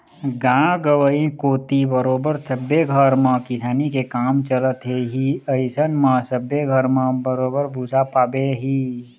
गाँव गंवई कोती बरोबर सब्बे घर म किसानी के काम चलथे ही अइसन म सब्बे घर म बरोबर भुसा पाबे ही